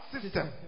system